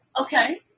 Okay